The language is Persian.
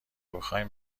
بخواین